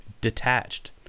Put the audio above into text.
detached